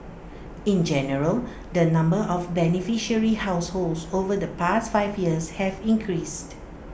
in general the number of beneficiary households over the past five years have increased